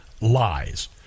lies